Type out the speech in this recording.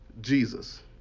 Jesus